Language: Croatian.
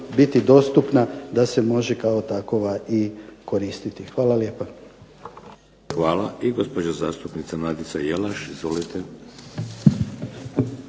biti dostupna da se može kao takva i koristiti. Hvala lijepa. **Šeks, Vladimir (HDZ)** Hvala. I gospođa zastupnica Nadica Jelaš. Izvolite.